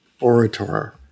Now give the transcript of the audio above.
orator